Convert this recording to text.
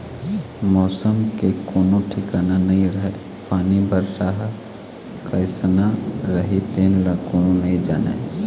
मउसम के कोनो ठिकाना नइ रहय पानी, बरसा ह कइसना रही तेन ल कोनो नइ जानय